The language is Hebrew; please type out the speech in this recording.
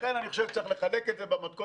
ולכן אני חושב שצריך לחלק את זה במתכונת